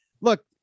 look